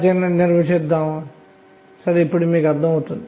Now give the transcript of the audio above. కాబట్టి ఇప్పుడు పరమాణువు కోసం మనకు ఏమి ఉంది